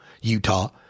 Utah